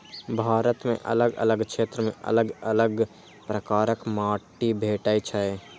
भारत मे अलग अलग क्षेत्र मे अलग अलग प्रकारक माटि भेटै छै